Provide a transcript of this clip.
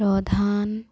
ପ୍ରଧାନ